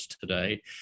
today